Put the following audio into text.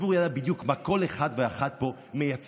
הציבור ידע בדיוק מה כל אחד ואחת פה מייצגים,